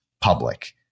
public